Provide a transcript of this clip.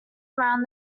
around